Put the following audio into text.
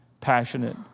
passionate